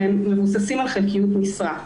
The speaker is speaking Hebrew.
והם מבוססים על חלקיות משרה.